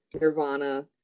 nirvana